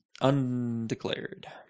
Undeclared